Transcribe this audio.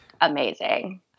amazing